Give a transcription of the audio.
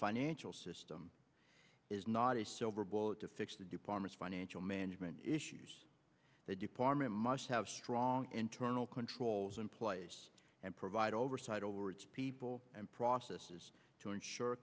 financial system is not a silver bullet to fix the department's financial management issues the department must have strong internal controls in place and provide oversight over its people and process is to ensure